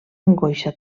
angoixa